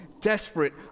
desperate